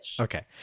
Okay